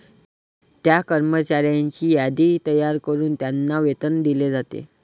त्या कर्मचाऱ्यांची यादी तयार करून त्यांना वेतन दिले जाते